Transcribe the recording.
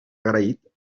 agraït